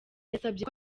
yasabye